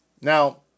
Now